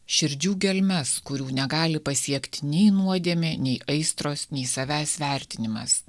širdžių gelmes kurių negali pasiekti nei nuodėmė nei aistros nei savęs vertinimas